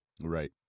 Right